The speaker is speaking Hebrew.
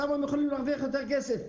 שם הם יכולים להרוויח יותר כסף.